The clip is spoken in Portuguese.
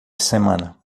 semana